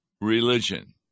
religion